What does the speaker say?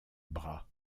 bras